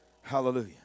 Hallelujah